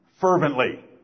fervently